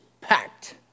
packed